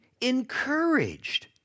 encouraged